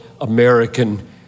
American